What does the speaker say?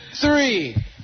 three